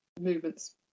movements